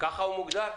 ככה הוא מוגדר?